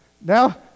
now